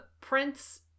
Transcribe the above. Prince